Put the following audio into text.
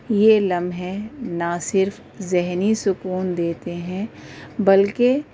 یہ لمحے نہ صرف ذہنی سکون دیتے ہیں بلکہ